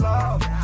Love